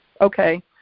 Okay